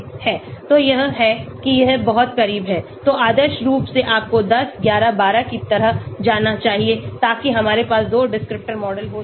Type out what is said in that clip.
तो यह है कि यह बहुत करीब है तो आदर्श रूप से आपको 10 11 12 की तरह जाना चाहिए ताकि हमारे पास 2 डिस्क्रिप्टर मॉडल हो सके